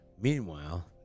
Meanwhile